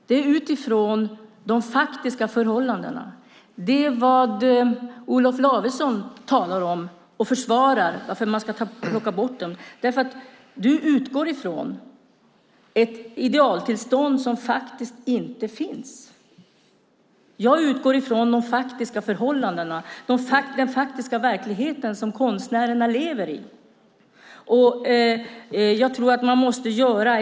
Det är utifrån de faktiska förhållandena. Olof Lavesson talar om och försvarar att man ska plocka bort den. Du utgår från ett idealtillstånd som inte finns. Jag utgår från de faktiska förhållandena, den faktiska verklighet som konstnärerna lever i.